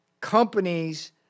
companies